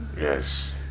Yes